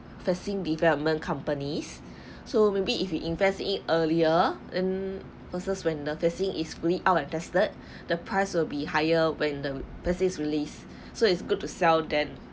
vaccine development companies so maybe if you invest it earlier and versus when the vaccine is re out and tested the price will be higher when the vaccine is release so it's good to sell then